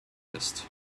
ist